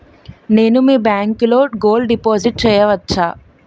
నేను మీ బ్యాంకులో గోల్డ్ డిపాజిట్ చేయవచ్చా?